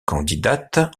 candidates